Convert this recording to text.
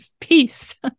peace